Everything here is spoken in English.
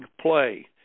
play